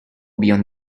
beyond